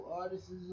artists